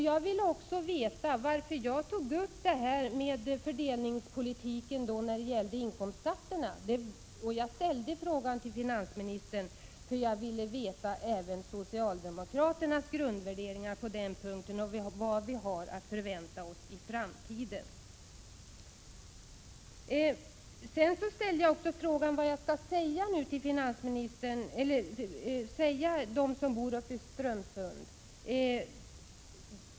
Jag tog upp fördelningspolitiken när det gäller inkomstskatterna och ställde en fråga till finansministern, eftersom jag ville veta även socialdemokraternas grundvärderingar på den punkten och vad vi har att förvänta i framtiden. Sedan frågade jag också vad jag skall säga till människorna som bor uppe i Strömsund.